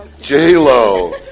J-Lo